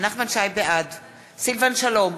בעד סילבן שלום,